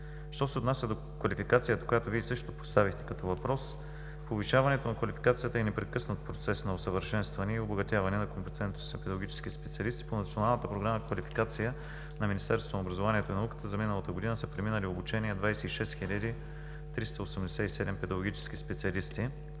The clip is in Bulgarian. Що се отнася до квалификацията, която Вие също поставихте като въпрос, повишаването на квалификацията е непрекъснат процес на усъвършенстване и обогатяване на компетентност на педагогически специалисти. По Националната програма „Квалификация“ на Министерството на образованието и науката за миналата година са преминали обучение 26 хил. 387 педагогически специалисти.